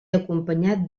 acompanyat